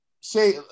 say